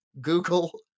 Google